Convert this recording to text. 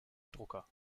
drucker